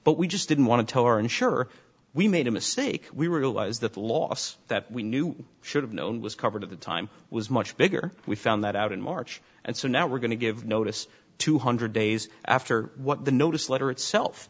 but we just didn't want to tell our insurer we made a mistake we were allies that the loss that we knew we should have known was covered at the time was much bigger we found that out in march and so now we're going to give notice two hundred days after what the notice letter itself